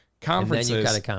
conferences